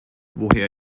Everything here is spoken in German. woher